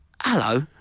hello